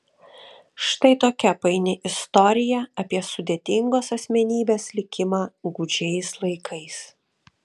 štai tokia paini istorija apie sudėtingos asmenybės likimą gūdžiais laikais